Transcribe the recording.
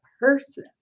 person